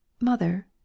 Mother